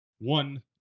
one